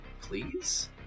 please